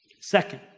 Second